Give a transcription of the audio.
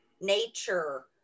nature